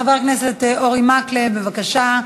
חבר הכנסת אורי מקלב, בבקשה,